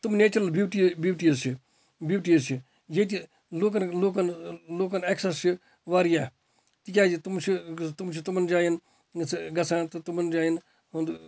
تِم natural beauties beauties چھِ beauties چھِ ییٚتہِ لوکَن لوکَن لوکَن ایکسَس چھِ واریاہ تہِ کیازِ تِم چھِ تِم چھِ تِمَن جایَن گَژھان گَژھان تہٕ تِمَن جایَن ہُند